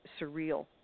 surreal